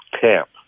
camp